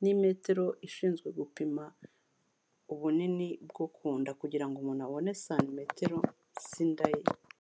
n'imetero ishinzwe gupima ubunini bwo ku nda kugira ngo umuntu abone santimetero z'inda ye.